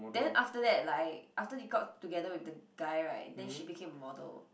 then after that like after she got together with the guy right then she became a model